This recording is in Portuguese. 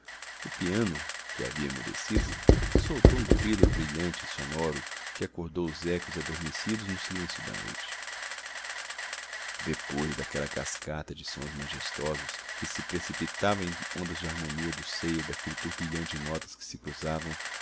o piano que havia emudecido soltou um trilo brilhante e sonoro que acordou os ecos adormecidos no silêncio da noite depois daquela cascata de sons majestosos que se precipitavam em ondas de harmonia do seio daquele turbilhão de notas que se cruzavam